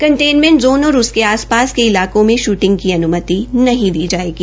containment zone और उसके आस पास के इलाकों में शूटिंग की अन्मति नदी दी जायेगी